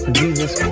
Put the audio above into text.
jesus